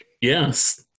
Yes